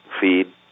feed